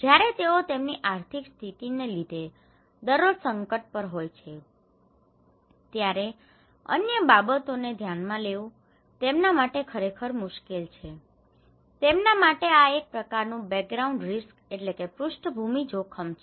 જ્યારે તેઓ તેમની આર્થિક સ્થિતિને લીધે દરરોજ સંકટ પર હોય છે ત્યારે અન્ય બાબતોને ધ્યાનમાં લેવું તેમના માટે ખરેખર મુશ્કેલ છે તેમના માટે આ એક પ્રકારનું બેકગ્રાઉન્ડ રિસ્ક background risk પૃષ્ઠભૂમિ જોખમ છે